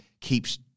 keeps